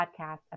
Podcast